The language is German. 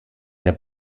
der